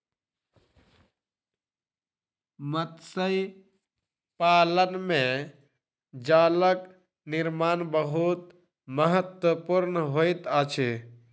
मत्स्य पालन में जालक निर्माण बहुत महत्वपूर्ण होइत अछि